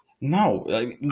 No